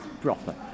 proper